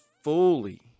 fully